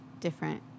different